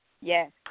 Yes